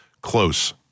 Close